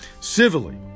Civilly